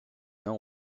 know